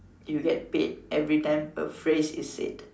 you get paid every time a phrase is said